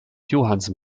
johansson